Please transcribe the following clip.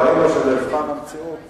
אבל במבחן המציאות זה,